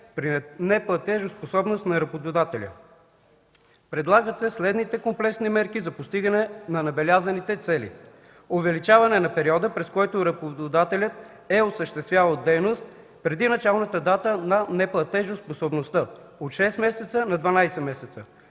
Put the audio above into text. при неплатежоспособност на работодателя. Предлагат се следните комплексни мерки за постигане на набелязаните цели: - увеличаване на периода, през който работодателят е осъществявал дейност преди началната дата на неплатежоспособността – от 6 месеца на 12 месеца;